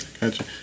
Gotcha